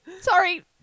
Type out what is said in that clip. sorry